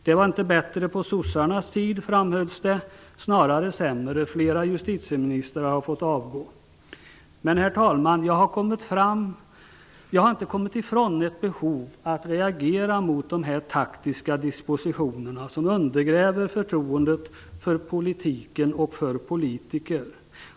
Det var inte bättre på Socialdemokraternas tid, framhölls det, snarare sämre -- flera justitieministrar fick avgå. Men jag har inte, herr talman, kommit ifrån ett behov av att reagera mot de här taktiska dispositionerna, som undergräver förtroendet för politiken och för politiker.